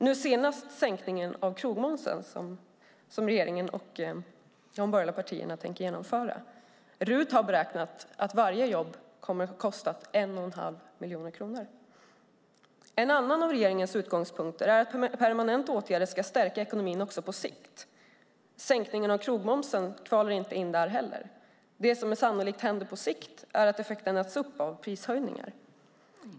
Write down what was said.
Nu senast är det sänkningen av krogmomsen, som regeringen och de borgerliga partierna tänker genomföra. RUT har beräknat att varje jobb kommer att kosta 1 1⁄2 miljon kronor. En annan av regeringens utgångspunkter är att permanenta åtgärder ska stärka ekonomin också på sikt. Sänkningen av krogmomsen kvalar inte in där heller. Det som sannolikt händer på sikt är att effekten äts upp av prishöjningar.